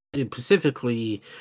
specifically